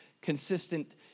consistent